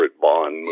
Bond